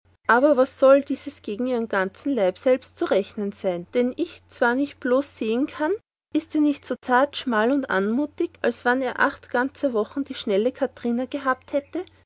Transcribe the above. aber was soll dieses gegen ihrem ganzen leib selbst zu rechnen sein den ich zwar nicht bloß sehen kann ist er nicht so zart schmal und anmutig als wann sie acht ganzer wochen die schnelle katharina gehabt hätte